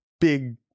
big